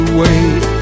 wait